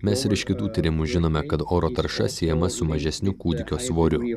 mes ir iš kitų tyrimų žinome kad oro tarša siejama su mažesniu kūdikio svoriu